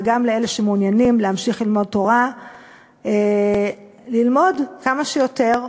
וגם לאלה שמעוניינים להמשיך ללמוד תורה ללמוד כמה שיותר.